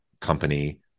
company